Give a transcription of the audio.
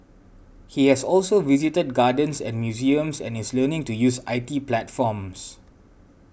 he has also visited gardens and museums and is learning to use I T platforms